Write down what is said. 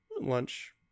lunch